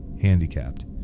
handicapped